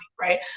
right